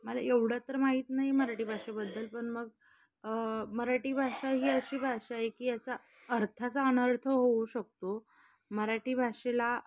मला एवढं तर माहीत नाही मराठी भाषेबद्दल पण मग मराठी भाषा ही अशी भाषा आहे की याचा अर्थाचा अनर्थ होऊ शकतो मराठी भाषेला